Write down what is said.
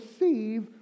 receive